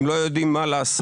הם לא יודעים מה לעשות.